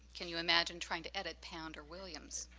can you imagine trying to edit pound or williams?